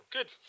Good